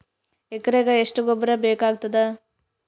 ಎಕರೆಗ ಎಷ್ಟು ಗೊಬ್ಬರ ಬೇಕಾಗತಾದ?